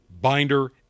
binder